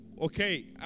okay